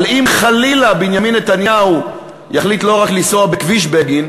אם חלילה בנימין נתניהו יחליט לא רק לנסוע בכביש בגין,